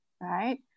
right